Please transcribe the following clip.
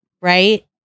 right